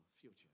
future